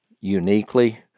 uniquely